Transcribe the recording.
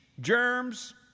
germs